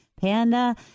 panda